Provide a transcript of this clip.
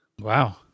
wow